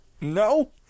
No